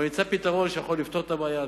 אבל נמצא פתרון שיכול לפתור את הבעיה,